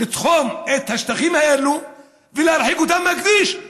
לתחום את השטחים האלה ולהרחיק אותם מהכביש,